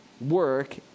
work